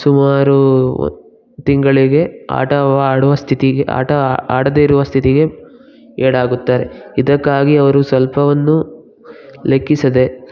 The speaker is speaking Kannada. ಸುಮಾರೂ ಒ ತಿಂಗಳಿಗೆ ಆಟವಾಡುವ ಸ್ಥಿತಿಗೆ ಆಟ ಆಡದೇ ಇರುವ ಸ್ಥಿತಿಗೆ ಈಡಾಗುತ್ತಾರೆ ಇದಕ್ಕಾಗಿ ಅವರು ಸ್ವಲ್ಪವನ್ನು ಲೆಕ್ಕಿಸದೇ